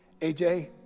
AJ